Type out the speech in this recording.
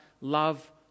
love